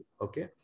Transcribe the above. okay